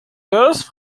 used